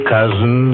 Cousin